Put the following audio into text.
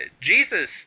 Jesus